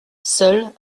seule